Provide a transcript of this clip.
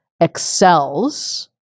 Excels